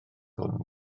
hwn